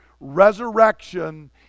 Resurrection